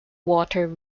water